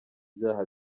byaha